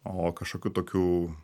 o kažkokių tokių